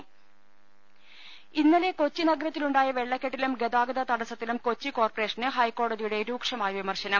രുട്ട്ട്ട്ട്ട്ട്ട്ട ഇന്നലെ കൊച്ചി നഗരത്തിലുണ്ടായ വെള്ളക്കെട്ടിലും ഗതാഗത തടസ്സ ത്തിലും കൊച്ചി കോർപ്പറേഷന് ഹൈക്കോടതിയുടെ രൂക്ഷമായ വിമർശ നം